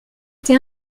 été